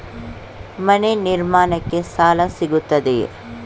ಮನೆ ನಿರ್ಮಾಣಕ್ಕೆ ಸಾಲ ಸಿಗುತ್ತದೆಯೇ?